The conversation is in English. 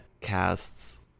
casts